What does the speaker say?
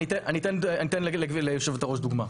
אני אתן ליושבת-הראש דוגמה.